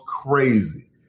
crazy